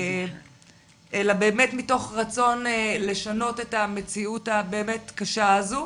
אלא באמת מתוך רצון לשנות את המציאות הבאמת קשה הזו.